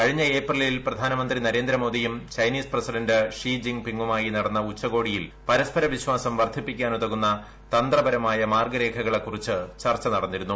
കഴിഞ്ഞ ഏപ്രിലിൽ പ്രധാനമന്ത്രി നരേന്ദ്രമോദിയും ചൈനീസ് പ്രസിഡന്റ് ഷീ ജിംഗ്പിംഗുമായി നടന്ന ഉച്ചകോടിയിൽ പരസ്പര വിശ്വാസം വർദ്ധിപ്പിക്കാനുതകുന്ന തന്ത്രപരമായ മാർഗരേഖകളെ കുറിച്ച് ചർച്ച നടന്നിരുന്നു